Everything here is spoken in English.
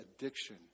addiction